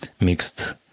mixed